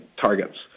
targets